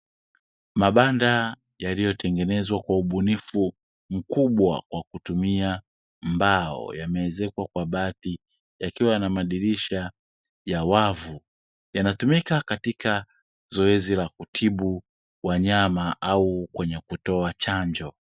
Mabanda yaliyotengenezwa kwa ubunifu mkubwa kwa kutumia mbao, yameezekwa kwa bati yakiwa na madirisha ya wavu yanatumika katika zoezi la kutibu wanyama au kwenye kutoa chanjo.